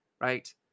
right